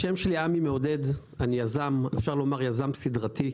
אני יזם, אפשר לומר יזם סדרתי.